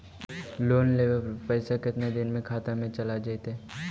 Loan लेब पर पैसा कितना दिन में खाता में चल आ जैताई?